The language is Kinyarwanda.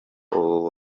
ubu